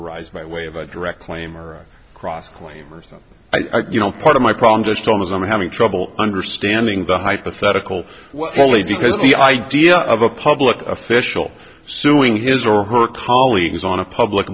arise by way of a direct claim or cross claim or so i think you know part of my problem just as i'm having trouble understanding the hypothetical only because the idea of a public official suing his or her colleagues on a public